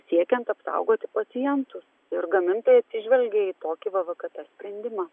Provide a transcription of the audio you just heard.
siekiant apsaugoti pacientus ir gamintojai atsižvelgė į tokį vvkt sprendimą